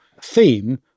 theme